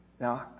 Now